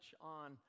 on